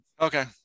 Okay